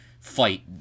fight